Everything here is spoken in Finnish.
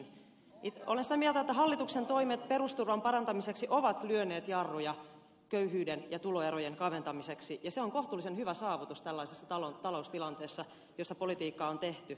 olen sitä mieltä että hallituksen toimet perusturvan parantamiseksi ovat lyöneet jarruja köyhyyden ja tuloerojen kaventamiseksi ja se on kohtuullisen hyvä saavutus tällaisessa taloustilanteessa jossa politiikkaa on tehty